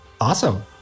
Awesome